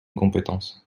compétence